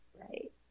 Right